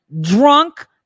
drunk